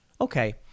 Okay